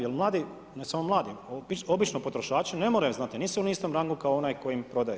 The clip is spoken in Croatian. Jer mladi, ne samo mladi, obično potrošači ne moraju znati, nisu na istom rangu kao onaj koji im prodaje.